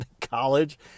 college